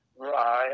Right